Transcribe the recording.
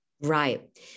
Right